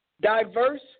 Diverse